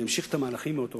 וימשיך את המהלכים משם.